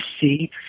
see